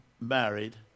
married